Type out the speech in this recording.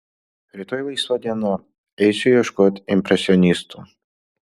rytoj laisva diena eisiu ieškot impresionistų